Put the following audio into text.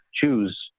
choose